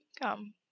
Come